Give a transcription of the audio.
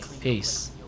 Peace